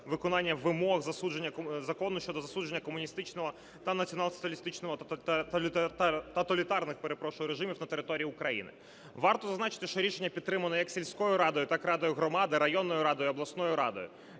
виконання вимог Закону щодо засудження комуністичного та націонал-соціалістичного та тоталітарних, перепрошую, режимів на території України. Варто зазначити, що рішення підтримано як сільською радою, так радою громад і районною радою, і обласною радою.